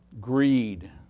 greed